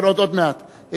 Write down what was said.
עוד מעט,